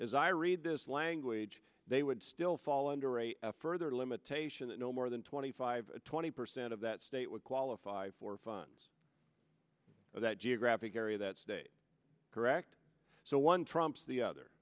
as i read this language they would still fall under a further limitation that no more than twenty five twenty percent of that state would qualify for funds for that geographic area that state correct so one trumps the other